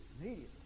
immediately